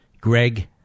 Greg